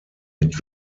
mit